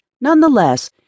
nonetheless